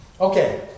Okay